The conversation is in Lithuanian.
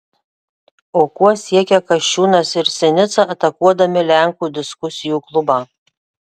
o kuo siekia kasčiūnas ir sinica atakuodami lenkų diskusijų klubą